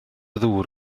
ddŵr